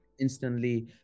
instantly